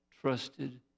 trusted